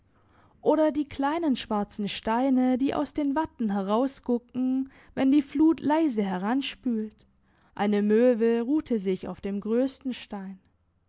oder die kleinen schwarzen steine die aus den watten herausgucken wenn die flut leise heranspült eine möwe ruhte sich auf dem grössten stein